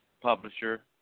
publisher